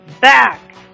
back